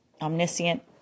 omniscient